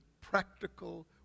practical